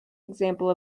example